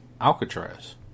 Alcatraz